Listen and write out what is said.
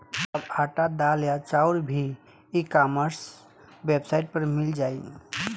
अब आटा, दाल या चाउर भी ई कॉमर्स वेबसाइट पर मिल जाइ